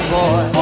boy